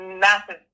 massive